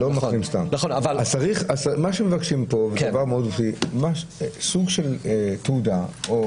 אז מה שמבקשים פה זה סוג של תעודה או